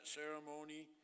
ceremony